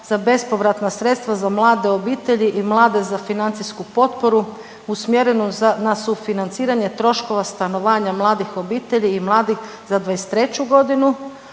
za bespovratna sredstva za mlade obitelji i mlade za financijsku potporu usmjerenu na sufinanciranje troškova stanovanja mladih obitelji i mladih za 2023. godinu,